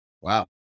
Wow